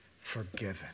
forgiven